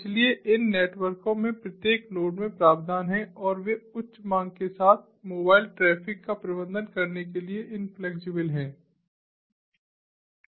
इसलिए इन नेटवर्कों में प्रत्येक नोड में प्रावधान है और वे उच्च मांग के साथ मोबाइल ट्रैफ़िक का प्रबंधन करने के लिए इन्फ़्लेक्सिबल हैं